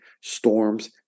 storms